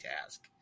task